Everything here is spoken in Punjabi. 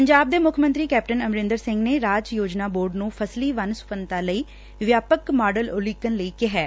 ਪੰਜਾਬ ਦੇ ਮੁੱਖ ਮੰਤਰੀ ਕੈਪਟਨ ਅਮਰੰਦਰ ਸਿੰਘ ਨੇ ਰਾਜ ਯੋਜਨਾ ਬੋਰਡ ਨੂੰ ਫਸਲੀ ਵੰਨ ਸੁਵੰਨਤਾ ਲਈ ਵਿਆਪਕ ਮਾਡਲ ਉਲੀਕਣ ਲਈ ਕਿਹੈ